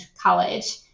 college